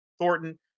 Thornton